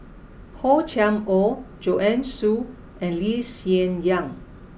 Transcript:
Hor Chim Or Joanne Soo and Lee Hsien Yang